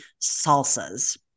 salsas